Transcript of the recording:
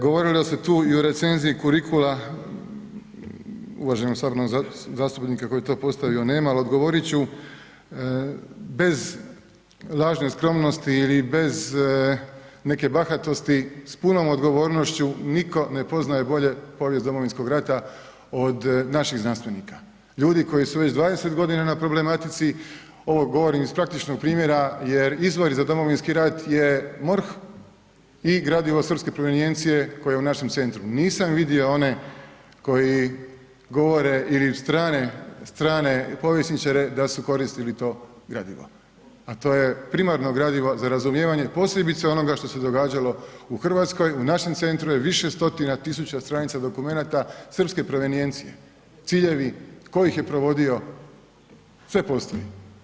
Govorilo se tu i o recenziji kurikula, uvaženog saborskog zastupnika koji je to postavio, nema, al odgovorit ću, bez lažne skromnosti ili bez neke bahatosti s punom odgovornošću nitko ne poznaje bolje povijest Domovinskog rata od naših znanstvenika, ljudi koji su već 20.g. na problematici, ovo govorim iz praktičnog primjera jer izvori za Domovinski rat je MORH i gradivo srpske provenijencije koje je u našem centru, nisam vidio one koji govore ili strane, strane povjesničare da su koristili to gradivo, a to je primarno gradivo za razumijevanje, posebice onoga što se događalo u RH, u našem centru je više stotina tisuća stranica dokumenata srpske provenijencije, ciljevi, tko ih je provodio, sve postoji.